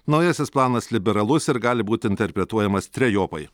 naujasis planas liberalus ir gali būt interpretuojamas trejopai